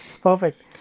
perfect